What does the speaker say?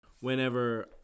whenever